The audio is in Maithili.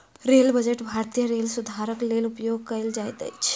रेल बजट भारतीय रेलक सुधारक लेल उपयोग कयल जाइत अछि